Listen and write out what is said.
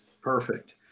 perfect